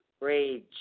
Rage